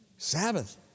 Sabbath